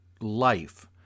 life